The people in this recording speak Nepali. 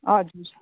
हजुर